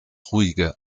ruhige